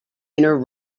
inner